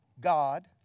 God